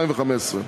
התשע"ה 2015: